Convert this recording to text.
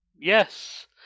Yes